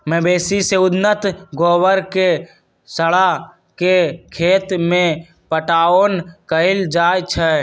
मवेशी से उत्पन्न गोबर के सड़ा के खेत में पटाओन कएल जाइ छइ